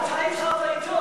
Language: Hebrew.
אתה התחלת אתו.